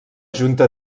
junta